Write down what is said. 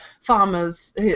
farmers